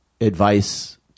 advice